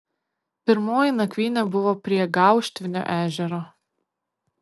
pirmoji nakvynė buvo prie gauštvinio ežero